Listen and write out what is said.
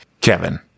Kevin